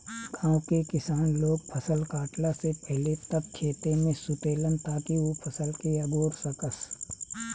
गाँव के किसान लोग फसल काटला से पहिले तक खेते में सुतेलन ताकि उ फसल के अगोर सकस